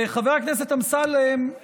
חבר הכנסת אמסלם,